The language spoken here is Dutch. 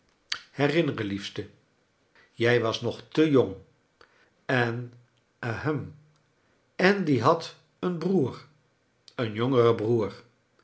ste jij was nog te jong en ahem en die had een broer een jongeren broer